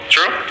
true